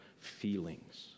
feelings